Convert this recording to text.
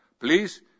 please